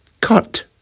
cut